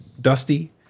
dusty